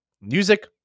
music